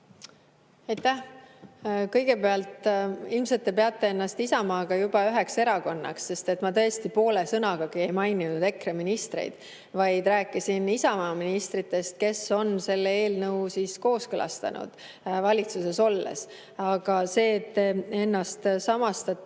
Aitäh! Kõigepealt, ilmselt te peate ennast Isamaaga juba üheks erakonnaks. Ma tõesti poole sõnagagi ei maininud EKRE ministreid, vaid rääkisin Isamaa ministritest, kes on selle eelnõu kooskõlastanud valitsuses olles. Aga see, et te ennast samastate,